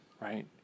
right